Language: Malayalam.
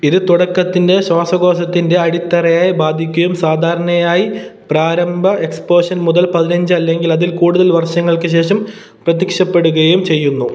ഇത് തുടക്കത്തിൻ്റെ ശ്വാസകോശത്തിൻ്റെ അടിത്തറയെ ബാധിക്കുകയും സാധാരണയായി പ്രാരംഭ എക്സ്പോഷർ മുതൽ പതിനഞ്ചു അല്ലെങ്കിൽ അതിൽ കൂടുതൽ വർഷങ്ങൾക്ക് ശേഷം പ്രത്യക്ഷപ്പെടുകയും ചെയ്യുന്നു